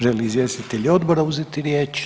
Žele li izvjestitelji odbora uzeti riječ?